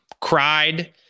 cried